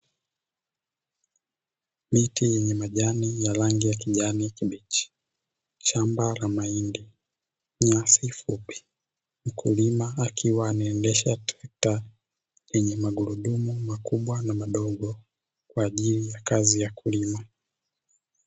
Miti yenye majani ya rangi ya kijani kibichi, shamba la mahindi, nyasi fupi. Mkulima akiwa anaendesha trekta lenye magurudumu makubwa na madogo, kwa ajili ya kazi ya kulima.